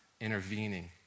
intervening